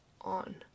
on